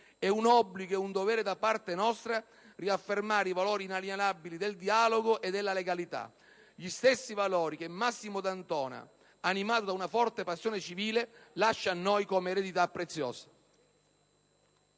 È un obbligo e un dovere da parte nostra riaffermare i valori inalienabili del dialogo e della legalità. Gli stessi valori che Massimo D'Antona, animato da una forte passione civile, lascia a noi come eredità preziosa.